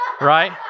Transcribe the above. right